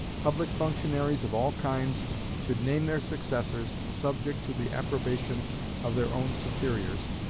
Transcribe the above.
public functionaries of all kinds should name their successors, subject to the approbation of their own superiors,